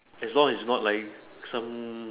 as long as it's not like some